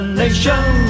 nation